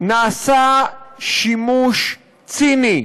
נעשה שימוש ציני,